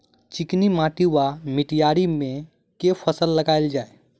चिकनी माटि वा मटीयारी मे केँ फसल लगाएल जाए?